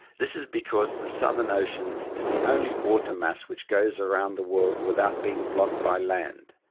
this is because the southern ocean is the only water mass which goes around the world without being blocked by land,